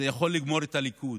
זה יכול לגמור את הליכוד,